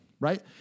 Right